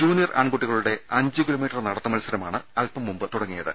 junior ആൺകുട്ടികളുടെ അഞ്ച് kilometre നടത്തമത്സരമാണ് അല്പം മുമ്പ് തുടങ്ങിയത്